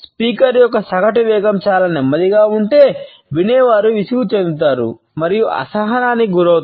speaker యొక్క సగటు వేగం చాలా నెమ్మదిగా ఉంటే వినేవారు విసుగు చెందుతారు మరియు అసహనానికి గురవుతారు